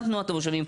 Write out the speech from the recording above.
גם תנועת המושבים,